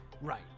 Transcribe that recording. Right